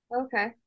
okay